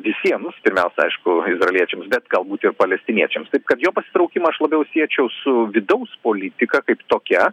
visiem nu s pirmiausia aišku izraeliečiams bet galbūt ir palestiniečiams taip kad jo pasitraukimas labiau siečiau su vidaus politika kaip tokia